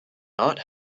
not